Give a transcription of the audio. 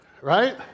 Right